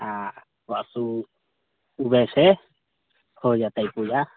आओर परसू वइसे हो जेतै पूजा